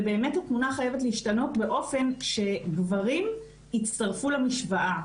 ובאמת התמונה חייבת להשתנות באופן שגברים יצטרפו למשוואה,